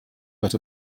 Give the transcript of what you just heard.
but